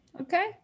okay